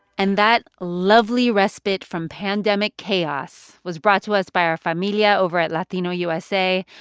and that lovely respite from pandemic chaos was brought to us by our familia over at latino usa.